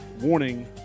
warning